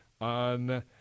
on –